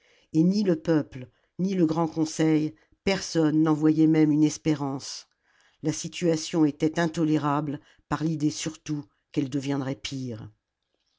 et ni le peuple ni le grand conseil personne n'envoyait même une espérance la situation était intolérable par l'idée surtout qu'elle deviendrait pire